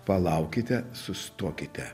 palaukite sustokite